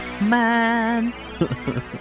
man